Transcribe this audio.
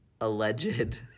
alleged